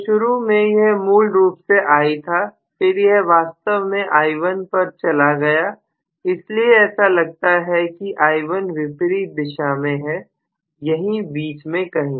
तो शुरू में यह मूल रूप से I था फिर यह वास्तव में i1 पर चला गया इसलिए ऐसा लगता है कि i1 विपरीत दिशा में है यही बीच में कहीं